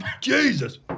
Jesus